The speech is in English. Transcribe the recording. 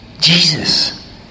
Jesus